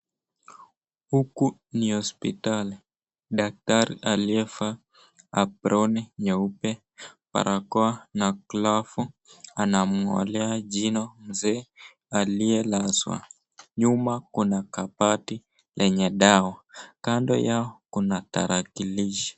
Huku ni hospitali daktari aliiyevaa ambroni nyeupe, barakoa na glovu anamngolea jino mzee aliyelazwa. Nyuma kuna kabati yenye dawa. Kando yao kuna tarakilishi.